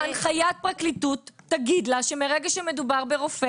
הנחיית פרקליטות תגיד לה שמרגע שמדובר ברופא